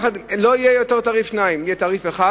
לא יהיה יותר תעריף 2. יהיו תעריף 1